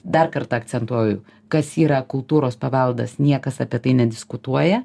dar kartą akcentuoju kas yra kultūros paveldas niekas apie tai nediskutuoja